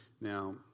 Now